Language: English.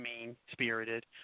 mean-spirited